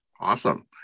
Awesome